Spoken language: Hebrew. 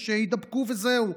ושיידבקו וזהו,